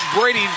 Brady